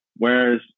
Whereas